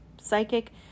psychic